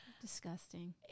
disgusting